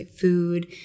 food